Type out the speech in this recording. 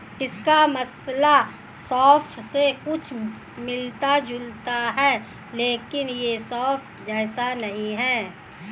इसका मसाला सौंफ से कुछ मिलता जुलता है लेकिन यह सौंफ जैसा नहीं है